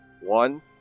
One